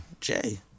Jay